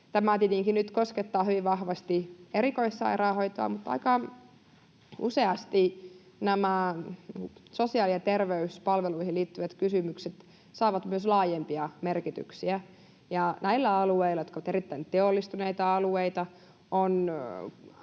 Tämä tietenkin nyt koskettaa hyvin vahvasti erikoissairaanhoitoa, mutta aika useasti nämä sosiaali- ja terveyspalveluihin liittyvät kysymykset saavat myös laajempia merkityksiä, ja näillä alueilla, jotka ovat erittäin teollistuneita alueita,